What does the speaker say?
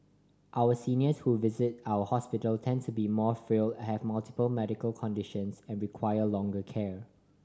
our seniors who visit our hospitals tend to be more frail have multiple medical conditions and require longer care